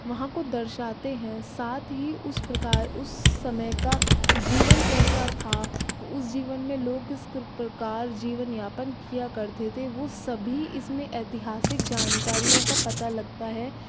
वहाँ को दर्शाते हैं साथ ही उस प्रकार उस समय का जीवन कैसा था उस जीवन में लोग किस प्रकार जीवन यापन किया करते थे वो सभी इसमें ऐतिहासिक जानकारियों का पता लगता है